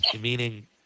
Meaning